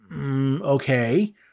Okay